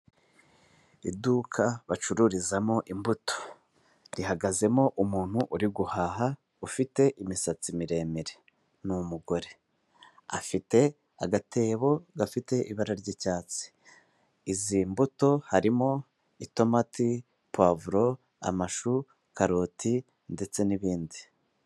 Iduka bacururizamo imbuto rihagazemo umuntu uri guhaha ufite imisatsi miremire, ni umugore. Afite agatebo gafite ibara ry'icyatsi. Izi mbuto harimo itomati, pavuro, amashu, karoti ndetse n'ibindi.